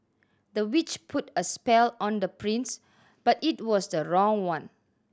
the witch put a spell on the prince but it was the wrong one